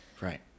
Right